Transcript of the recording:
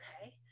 okay